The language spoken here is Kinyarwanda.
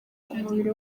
umubiri